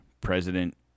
President